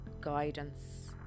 guidance